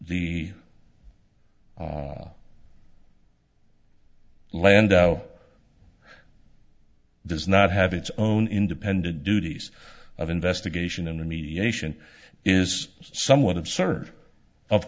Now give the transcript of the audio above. the land does not have its own independent duties of investigation and remediation is somewhat absurd of